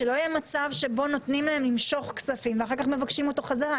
שלא יהיה מצב שבו נותנים להם למשוך כספים ואחר כך מבקשים אותו חזרה.